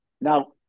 Now